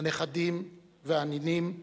הנכדים והנינים,